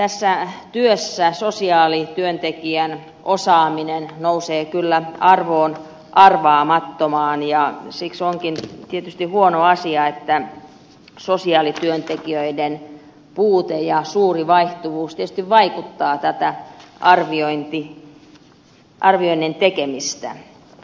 tässä työssä sosiaalityöntekijän osaaminen nousee kyllä arvoon arvaamattomaan ja siksi onkin tietysti huono asia että sosiaalityöntekijöiden puute ja suuri vaihtuvuus vaikeuttavat tätä arvioinnin tekemistä